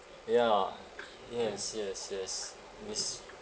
ya yes yes yes miss